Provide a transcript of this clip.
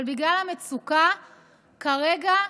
אבל בגלל המצוקה כרגע,